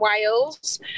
Wales